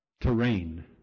terrain